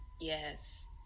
Yes